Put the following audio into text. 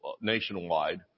nationwide